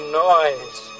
noise